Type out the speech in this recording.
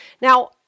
Now